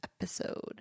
episode